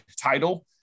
title